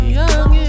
young